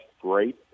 great